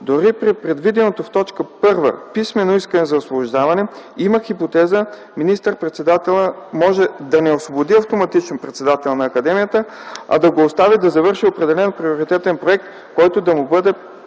Дори при предвиденото в т. 1 писмено искане за освобождаване, има хипотеза, че министър-председателят може да не освободи автоматично председателя на Aкадемията, а да го остави да завърши определен приоритетен проект, който да му бъде представен